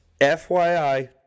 FYI